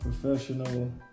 professional